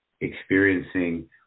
experiencing